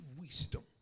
wisdom